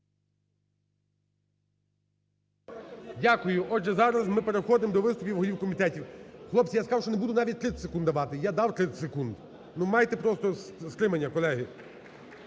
Дякую. Отже, зараз ми переходимо до виступів голів комітетів. Хлопці, я сказав, що не буду навіть 30 секунд давати, я дав 30 секунд, ну майте просто стримання, колеги.